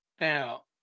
Now